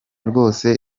rwose